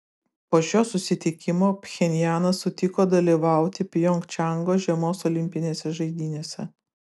po šio susitikimo pchenjanas sutiko dalyvauti pjongčango žiemos olimpinėse žaidynėse